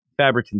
fabricants